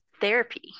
therapy